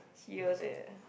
serious eh